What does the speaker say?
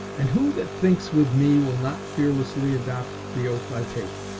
and who that thinks with me will not fearlessly adopt the oath i take?